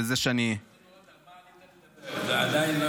ובזה שאני --- ועדיין לא